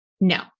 No